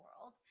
world